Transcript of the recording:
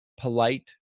polite